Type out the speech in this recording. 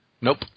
Nope